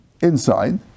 inside